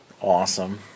Awesome